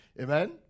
Amen